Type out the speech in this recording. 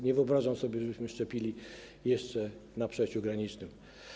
Nie wyobrażam sobie, żebyśmy szczepili jeszcze na przejściu granicznym.